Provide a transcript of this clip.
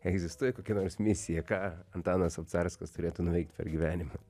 egzistuoja kokia nors misija ką antanas obcarskas turėtų nuveikt per gyvenimą